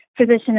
physician